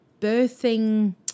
birthing